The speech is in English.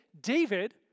David